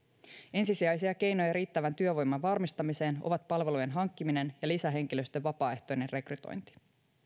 ensisijaisia keinoja riittävän työvoiman varmistamiseen ovat palvelujen hankkiminen ja lisähenkilöstön vapaaehtoinen rekrytointi